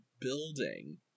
building